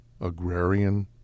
agrarian